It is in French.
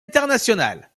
international